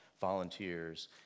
volunteers